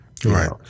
Right